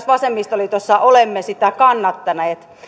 vasemmistoliitossa olemme sitä kannattaneet